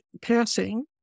passing